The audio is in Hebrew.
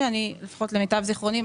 למיטב זיכרוני,